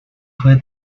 fue